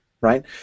right